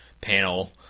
panel